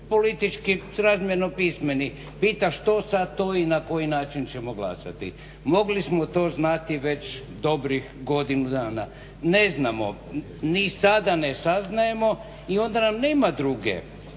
politički razmjerno pismeni pita što sad to i na koji način ćemo glasati. Mogli smo to znati već dobrih godinu dana. Ne znamo, ni sada ne saznajemo i onda nam nema druge